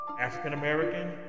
African-American